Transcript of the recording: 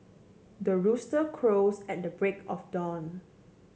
the rooster crows at the break of dawn